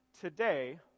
today